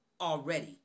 already